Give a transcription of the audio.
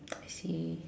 I see